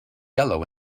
yellow